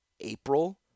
April